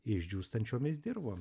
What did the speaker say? išdžiūstančiomis dirvom